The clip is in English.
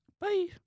Bye